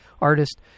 artist